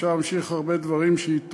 ואפשר להוסיף הרבה דברים שהיא תורמת,